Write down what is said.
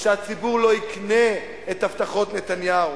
שהציבור לא יקנה את הבטחות נתניהו.